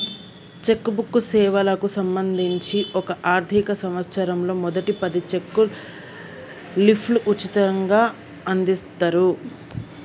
check book సేవలకు సంబంధించి ఒక ఆర్థిక సంవత్సరంలో మొదటి పది చెక్ లీఫ్లు ఉచితంగ అందిత్తరు